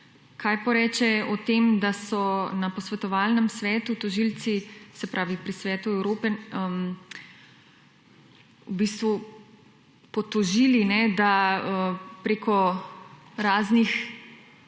Kaj poreče o tem, da so na posvetovalnem svetu tožilci, se pravi pri Svetu Evrope, v bistvu potožili, da preko raznih